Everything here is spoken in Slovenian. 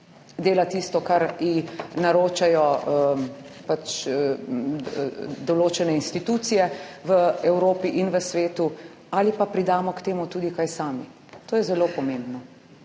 dela tisto, kar ji naročajo pač določene institucije v Evropi in v svetu, ali pa pridamo k temu tudi kaj sami. To je zelo pomembno.